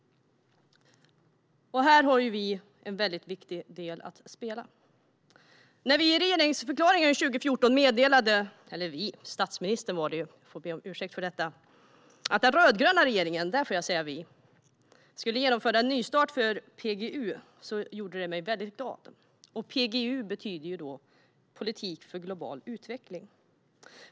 Här har vi en viktig roll att spela. När statsministern i regeringsförklaringen 2014 meddelade att den rödgröna regeringen skulle göra en nystart av PGU blev jag väldigt glad. PGU betyder som sagt politik för global utveckling.